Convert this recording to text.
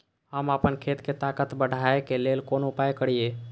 हम आपन खेत के ताकत बढ़ाय के लेल कोन उपाय करिए?